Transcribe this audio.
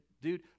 dude